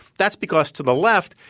that's because to the left,